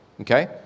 okay